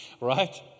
Right